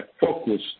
focus